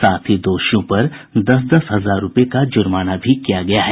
साथ ही दोषियों पर दस दस हजार रुपए का जुर्माना भी किया गया है